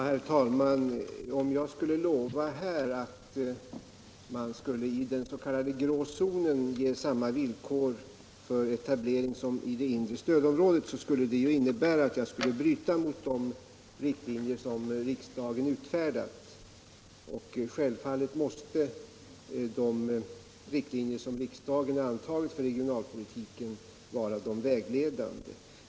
Herr talman! Om jag skulle lova att man i den s.k. grå zonen skulle ge samma villkor för etablering som i det inre stödområdet, skulle det innebära att jag skulle bryta mot de riktlinjer som riksdagen utfärdat. Självfallet måste de riktlinjer som riksdagen har antagit för regionalpolitiken vara de vägledande.